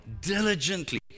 diligently